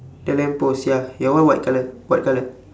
the lamp post ya your one white colour what colour